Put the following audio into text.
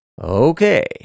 Okay